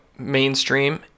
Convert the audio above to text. mainstream